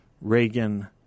Reagan